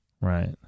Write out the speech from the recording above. Right